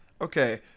Okay